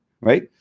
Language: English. right